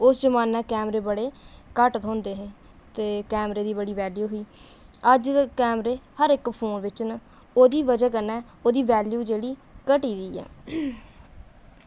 उस जमान्नै कैमरे बड़े घट्ट थ्होंदे हे ते कैमरे दी बड़ी वेल्यू ही अज्ज ते कैमरे हर इक फोन बिच्च न ओह्दी बजह कन्नै ओह्दी वेल्यू जेह्ड़ी घटी दी ऐ